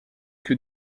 que